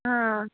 हा